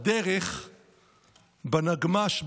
בנגמ"ש,